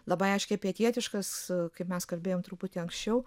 labai aiškiai pietietiškas kaip mes kalbėjom truputį anksčiau